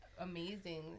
amazing